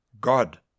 God